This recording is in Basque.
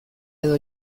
edo